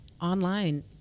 Online